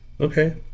Okay